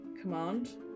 Command